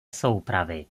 soupravy